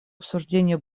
обсуждению